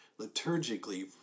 liturgically